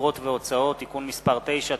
אגרות והוצאות (תיקון מס' 9),